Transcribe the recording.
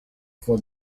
for